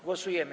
Głosujemy.